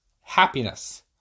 happiness